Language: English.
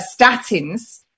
statins